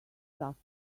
stuff